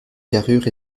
carrure